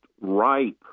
ripe